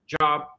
job